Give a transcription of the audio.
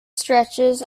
stretches